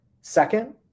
Second